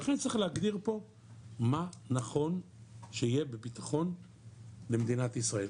לכן צריך להגדיר פה מה נכון שיהיה בבטחון למדינת ישראל.